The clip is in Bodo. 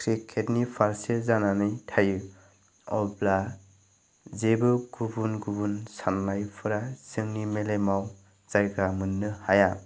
क्रिकेटनि फारसे जानानै थायो अब्ला जेबो गुबुन गुबुन साननायफोरा जोंनि मेलेमाव जायगा मोननो हाया